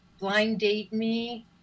blinddateme